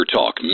Talk